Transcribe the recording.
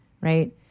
right